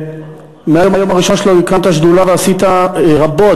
ומהיום הראשון שלך הקמת שדולה ועשית רבות,